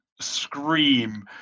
scream